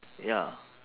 ya